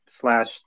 slash